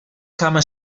cama